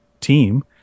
team